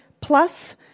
plus